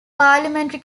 parliamentary